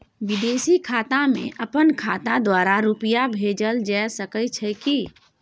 विदेशी खाता में अपन खाता द्वारा रुपिया भेजल जे सके छै की?